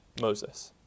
Moses